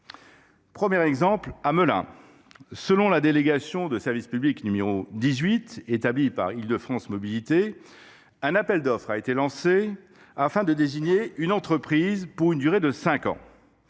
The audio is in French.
grande couronne. À Melun, selon la délégation de service public n° 18 établie par Île de France Mobilités (IDFM), un appel d’offres a été lancé, afin de désigner une entreprise pour une durée de cinq ans.